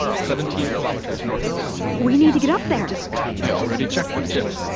seventeen kilometers north of us we need to get up there i already checked with chip.